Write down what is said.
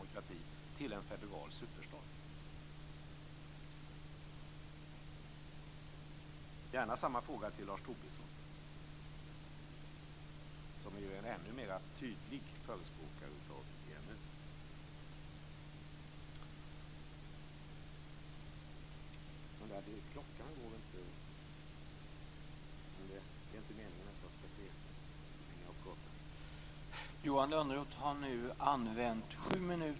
Jag ställer gärna samma fråga till Lars Tobisson som ju är en ännu mer tydlig förespråkare för EMU.